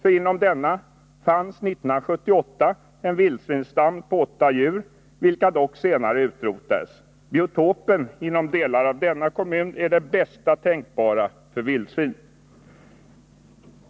I denna fanns 1978 en vildsvinsstam på åtta djur, vilka dock senare utrotades. Biotopen inom delar av denna kommun är den bästa tänkbara för vildsvin.